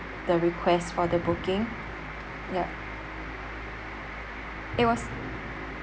the request for the booking ya it was